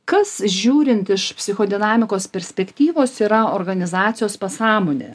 kas žiūrint iš psichodinamikos perspektyvos yra organizacijos pasąmonė